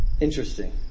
Interesting